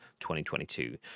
2022